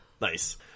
Nice